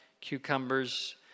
cucumbers